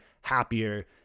happier